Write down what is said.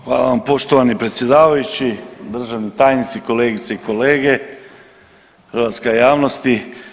Hvala vam poštovani predsjedavajući, državni tajnici, kolegice i kolege i hrvatska javnosti.